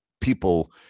people